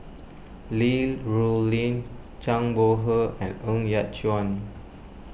Li Rulin Zhang Bohe and Ng Yat Chuan